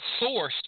sourced